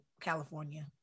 California